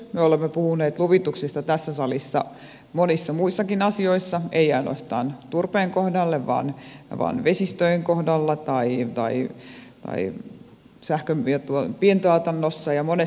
me olemme puhuneet luvituksista tässä salissa monissa muissakin asioissa emme ainoastaan turpeen kohdalla vaan vesistöjen kohdalla tai sähkön pientuotannossa ja monessa muussa rakentamisessa